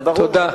תודה,